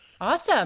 Awesome